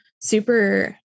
super